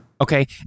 Okay